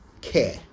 care